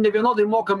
nevienodai mokam